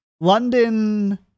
London